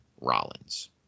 Rollins